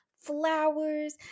flowers